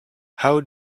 how